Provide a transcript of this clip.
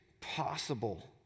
possible